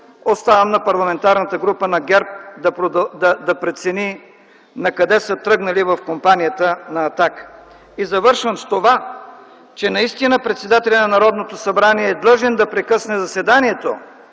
Оставям на Парламентарната група на ГЕРБ да прецени накъде са тръгнали в компанията на „Атака”. И завършвам с това, че наистина председателят на Народното събрание е длъжен да прекъсне заседанието,